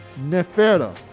nefera